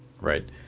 right